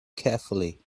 carefully